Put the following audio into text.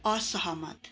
असहमत